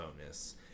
bonus